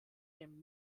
dem